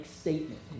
statement